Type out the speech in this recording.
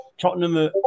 Tottenham